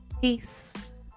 Peace